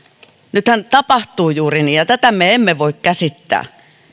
nythän tapahtuu juuri niin ja tätä me emme voi käsittää